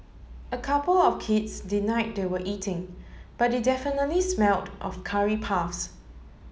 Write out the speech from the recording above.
a couple of kids denied they were eating but they definitely smelled of curry puffs